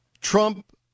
Trump